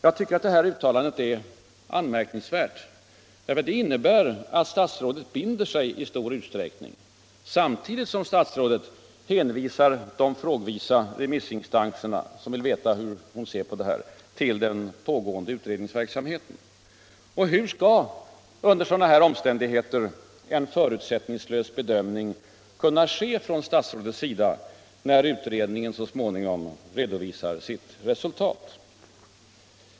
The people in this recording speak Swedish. Jag tycker att detta uttalande är anmärkningsvärt, eftersom det innebär att statsrådet binder sig i stor utsträckning, samtidigt som statsrådet hänvisar de frågvisa remissinstanserna, som vill veta hur hon ser på detta, till den pågående utredningsverksamheten. Hur skall under sådana omständigheter en förutsättningslös bedömning kunna ske från statsrådets sida när utredningen så småningom redovisat sitt resultat?